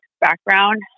background